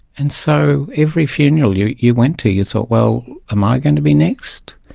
and so every funeral you you went to you thought, well, am i going to be next?